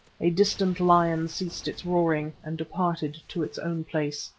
a distant lion ceased its roaring and departed to its own place,